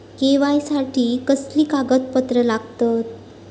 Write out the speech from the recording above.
KYC साठी कसली कागदपत्र लागतत?